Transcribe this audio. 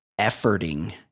efforting